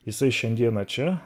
jisai šiandiea čia